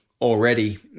already